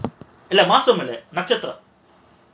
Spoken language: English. like மாசமில்ல நட்சத்திரம்:maasamilla natchathiram